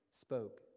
spoke